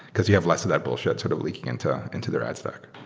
because you have less of that bullshit sort of leaking into into their ad stack